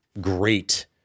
great